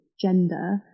gender